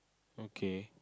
okay